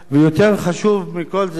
ויותר חשוב מכל זה,